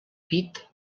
pit